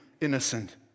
innocent